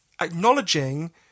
acknowledging